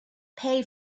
pay